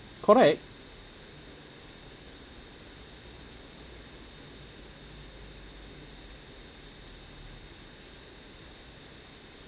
correct